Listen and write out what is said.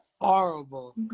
Horrible